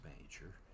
major